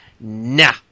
Nah